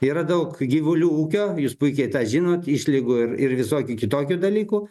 yra daug gyvulių ūkio jūs puikiai tą žinot išlygų ir ir visokių kitokių dalykų